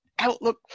Outlook